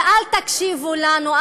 ואל תקשיבו לנו,